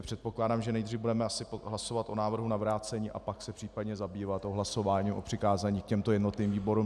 Předpokládám, že nejdřív budeme asi hlasovat o návrhu na vrácení, a pak se případně zabývat hlasováním o přikázání těmto jednotlivým výborům.